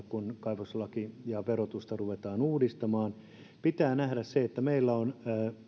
kun kaivoslakia ja verotusta ruvetaan uudistamaan pitää muistaa ja nähdä se että meillä on